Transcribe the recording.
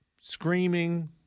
screaming